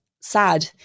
sad